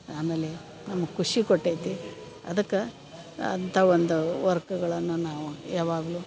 ಆಮೇಲೆ ನಮಗೆ ಖುಷಿ ಕೊಟ್ಟೈತೆ ಅದಕ್ಕೆ ಅಂತ ಒಂದು ವರ್ಕ್ಗಳನ್ನು ನಾವು ಯಾವಾಗಲೂ